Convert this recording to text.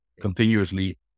continuously